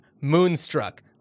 Moonstruck